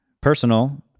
personal